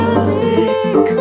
Music